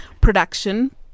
production